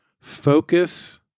focus